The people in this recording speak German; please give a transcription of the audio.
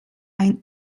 ein